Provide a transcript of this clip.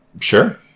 Sure